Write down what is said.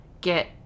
get